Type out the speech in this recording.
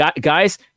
guys